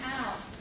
out